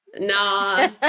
No